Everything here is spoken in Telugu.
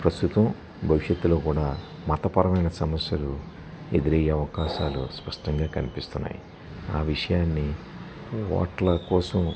ప్రస్తుతం భవిష్యత్తులో కూడా మతపరమైన సమస్యలు ఎదురయ్యే అవకాశాలు స్పష్టంగా కనిపిస్తున్నాయి ఆ విషయాన్ని వాటి కోసం